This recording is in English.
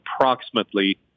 approximately